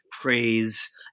praise